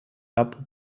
apple